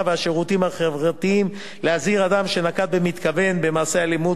והשירותים החברתיים להזהיר בכתב אדם שנקט במתכוון מעשה אלימות,